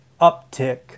uptick